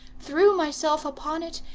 threw myself upon it,